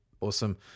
awesome